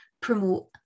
promote